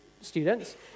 students